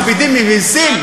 מכבידים עם מסים?